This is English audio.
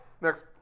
Next